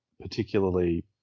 particularly